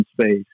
space